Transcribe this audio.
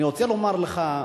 אני רוצה לומר לך,